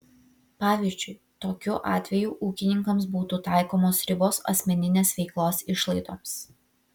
pavyzdžiui tokiu atveju ūkininkams būtų taikomos ribos asmeninės veiklos išlaidoms